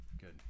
Good